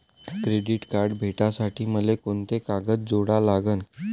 Credit card भेटासाठी मले कोंते कागद जोडा लागन?